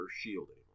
shielding